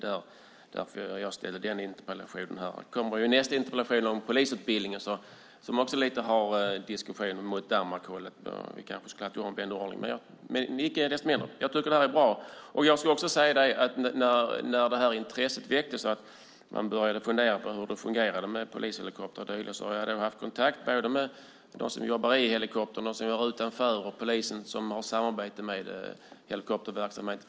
Nästa interpellationsdebatt gäller polisutbildningen, som ju också lite grann går åt Danmarkshållet. Sedan intresset väcktes och jag började fundera på hur det fungerar med polishelikopter har jag haft kontakt både med dem som jobbar i helikoptern och med dem utanför, alltså poliser som har samarbete med helikopterverksamheten.